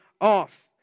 off